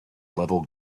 level